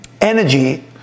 energy